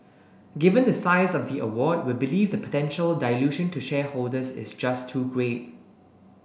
given the size of the award we believe the potential dilution to shareholders is just too great